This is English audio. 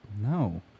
No